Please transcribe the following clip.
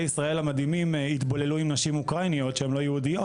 ישראל המדהימים יתבוללו עם נשים אוקראיניות לא יהודיות,